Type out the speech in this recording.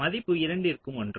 மதிப்பு இரண்டிற்கும் ஒன்று